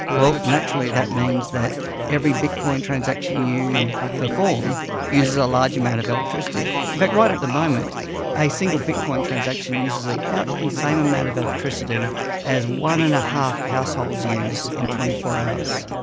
well, naturally that means that every bitcoin transaction you perform uses a large amount of electricity. in fact, right at the moment a single bitcoin transaction uses about the same amount of electricity as one. and five households use in twenty four hours.